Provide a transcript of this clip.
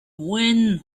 when